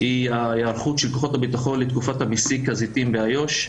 היא ההיערכות של כוחות הבטחון לתקופת מסיק הזיתים באיו"ש,